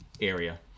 area